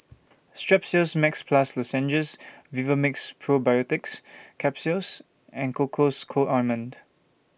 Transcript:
Strepsils Max Plus Lozenges Vivomixx Probiotics Capsule and Cocois Co Ointment